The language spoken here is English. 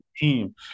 team